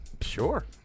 Sure